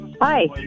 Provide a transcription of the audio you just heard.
Hi